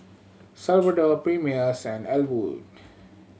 Salvador Primus and Ellwood